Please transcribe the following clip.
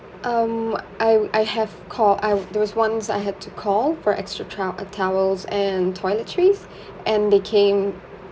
um I I have called I've there was once I had to call for extra tra~ towels and toiletries and they came